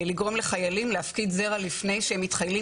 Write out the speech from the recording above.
לגרום לחיילים להפקיד זרע לפני שהם מתחיילים